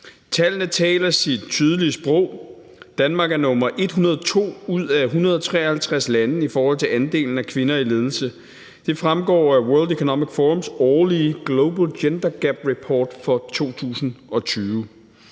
Tallene taler deres tydelige sprog: Danmark er nummer 102 ud af 153 lande i forhold til andelen af kvinder i ledelse. Det fremgår af World Economic Forums årlige Global Gender Gap Report for 2020.